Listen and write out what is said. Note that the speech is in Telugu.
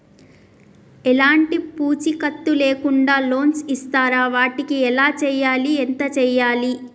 ఎలాంటి పూచీకత్తు లేకుండా లోన్స్ ఇస్తారా వాటికి ఎలా చేయాలి ఎంత చేయాలి?